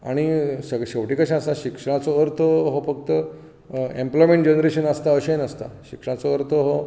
शेवटीक कशें आसा शिक्षणाचो अर्थ हो फक्त एम्पलोयमॅंट जनरेशनाक आसता अशें नासता शिक्षणाचो अर्थ हो